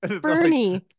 bernie